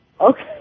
okay